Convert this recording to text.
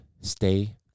stay